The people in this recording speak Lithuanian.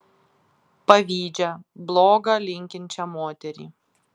pavydžią bloga linkinčią moterį